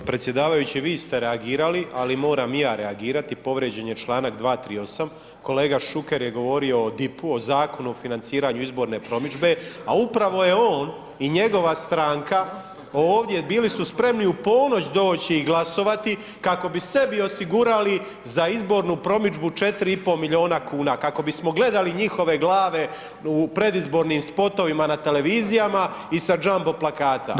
Da, predsjedavajući vi ste reagirali ali moram i ja reagirati, povrijeđen je članak 238., kolega Šuker je govorio o DIP-u o Zakonu o financiranju izborne promidžbe a upravo je on i njegova stranka, ovdje bili su spremni u ponoć doći i glasovati kako bi sebi osigurali za izbornu promidžbu 4,5 milijuna kuna kako bismo gledali njihove glave u predizbornim spotovima na televizijama i sa jumbo plakata.